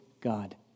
God